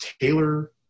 Taylor